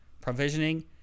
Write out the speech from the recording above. provisioning